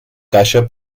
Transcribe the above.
caixa